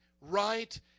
right